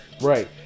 right